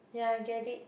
ya I get it